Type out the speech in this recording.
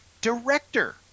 director